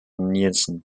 nielson